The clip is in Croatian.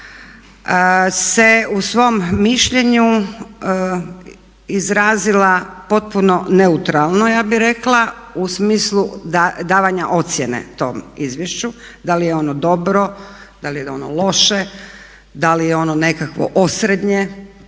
se u svom mišljenju izrazila potpuno neutralno ja bih rekao u smislu davanja ocjene tom izvješću da li je ono dobro, da li je ono loše, da li je ono nekakvo osrednje.